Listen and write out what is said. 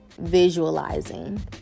visualizing